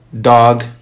dog